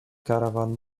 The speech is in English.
caravan